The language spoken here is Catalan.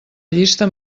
llista